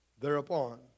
thereupon